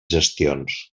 gestions